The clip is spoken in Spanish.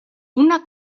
una